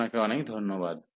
আপনাকে অনেক ধন্যবাদ